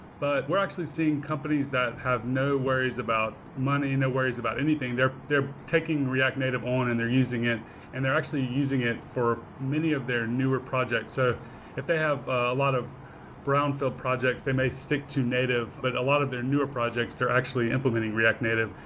but we're actually seeing companies that have no worries about money, no worries about anything. they're they're taking react native on and they're using it and they're actually using it for many of their newer projects. ah if they have a lot of brownfield projects, they may stick to native, but a lot of their newer projects, they're actually implementing react native.